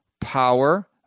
power